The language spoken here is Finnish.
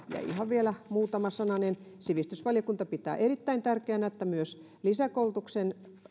ihan vielä muutama sananen sivistysvaliokunta pitää erittäin tärkeänä että myös lisäkoulutukseen